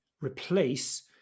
replace